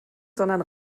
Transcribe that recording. sondern